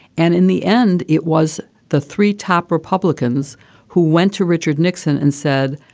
and in the end, it was the three top republicans who went to richard nixon and said,